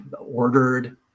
ordered